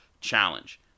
challenge